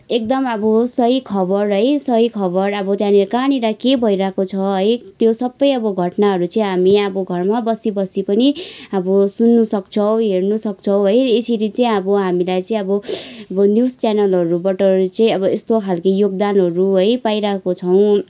एकदम अब सही खबर है सही खबर अब त्यहाँनिर कहाँनिर के भइरहेको छ है त्यो सबै अब घटनाहरू चाहिँ हामी अब घरमा बसी बसी पनि अब सुन्न सक्छौँ हेर्नु सक्छौँ है यसरी चाहिँ अब हामीलाई चाहिँ चाहिँ न्युज च्यानलहरूबाट चाहिँ अब यस्तो खाल्के योगदानहरू है पाइराको छौँ